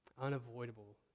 unavoidable